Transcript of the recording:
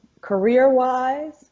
career-wise